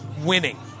winning